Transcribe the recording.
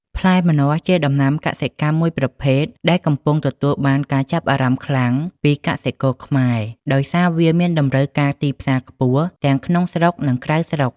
ផ្លែម្នាស់ ជាដំណាំកសិកម្មមួយប្រភេទដែលកំពុងទទួលបានការចាប់អារម្មណ៍ខ្លាំងពីកសិករខ្មែរ ដោយសារវាមានតម្រូវការទីផ្សារខ្ពស់ទាំងក្នុងស្រុក និងក្រៅស្រុក។